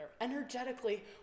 energetically